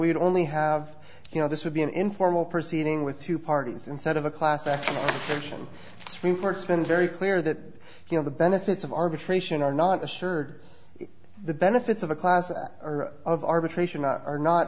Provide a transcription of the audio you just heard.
would only have you know this would be an informal proceeding with two parties instead of a class act three for it's been very clear that you know the benefits of arbitration are not assured the benefits of a class of arbitration are not